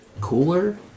cooler